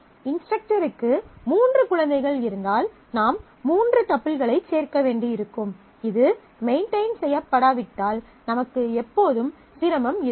இன்ஸ்டரக்டருக்கு மூன்று குழந்தைகள் இருந்தால் நாம் மூன்று டப்பிள்களைச் சேர்க்க வேண்டியிருக்கும் இது மெயின்டெயின் செய்யப்படாவிட்டால் நமக்கு எப்போதும் சிரமம் இருக்கும்